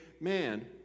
man